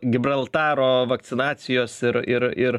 gibraltaro vakcinacijos ir ir ir